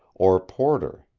or porter.